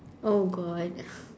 oh god